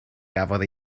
gafodd